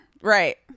right